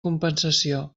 compensació